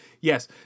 Yes